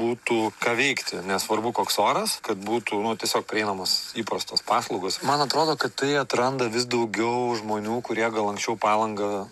būtų ką veikti nesvarbu koks oras kad būtų nu tiesiog prieinamos įprastos paslaugos man atrodo kad tai atranda vis daugiau žmonių kurie gal anksčiau palangą